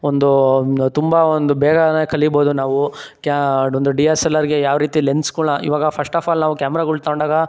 ಒಂದು ತುಂಬ ಒಂದು ಬೇಗನೆ ಕಲಿಬೋದು ನಾವು ಕ್ಯಾ ಒಂದು ಡಿ ಎಸ್ ಎಲ್ ಆರ್ಗೆ ಯಾವ ರೀತಿ ಲೆನ್ಸ್ಗಳನ್ನ ಇವಾಗ ಫಸ್ಟ್ ಆಫ್ ಆಲ್ ನಾವು ಕ್ಯಾಮ್ರಾಗಳು ತಗೊಂಡಾಗ